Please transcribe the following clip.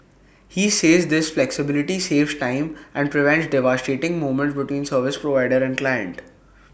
he says this flexibility saves time and prevents devastating moments between service provider and client